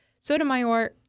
Sotomayor